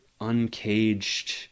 uncaged